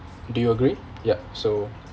do you agree ya so